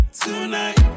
tonight